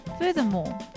Furthermore